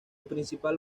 principal